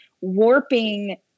warping